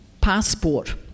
passport